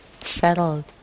Settled